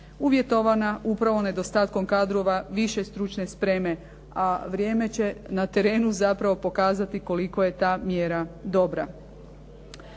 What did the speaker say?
uvjetovana upravo nedostatkom kadrova više stručne spreme, a vrijeme će na terenu zapravo pokazati koliko je ta mjera dobra.